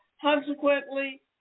Consequently